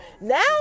Now